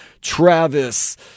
Travis